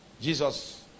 Jesus